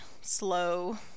slow